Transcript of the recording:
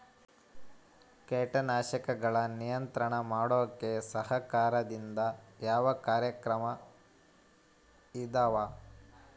ಕೇಟನಾಶಕಗಳ ನಿಯಂತ್ರಣ ಮಾಡೋಕೆ ಸರಕಾರದಿಂದ ಯಾವ ಕಾರ್ಯಕ್ರಮ ಇದಾವ?